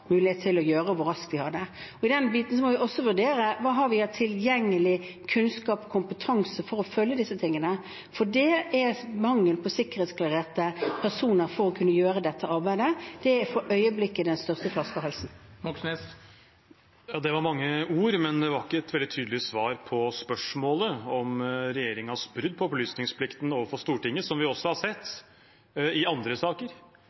mulighet til å gjøre, og hvor raskt vi kan gjøre det. I den sammenheng må vi også vurdere hva vi har av tilgjengelig kunnskap og kompetanse for å kunne følge disse tingene. Det er mangel på sikkerhetsklarerte personer for å kunne gjøre dette arbeidet, og det er for øyeblikket den største flaskehalsen. Det var mange ord, men det var ikke et veldig tydelig svar på spørsmålet om regjeringens brudd på opplysningsplikten overfor Stortinget, som vi også har sett i andre saker.